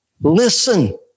Listen